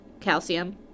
calcium